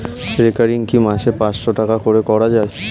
Recurring কি মাসে পাঁচশ টাকা করে করা যায়?